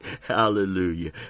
Hallelujah